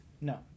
No